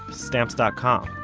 stamps dot com?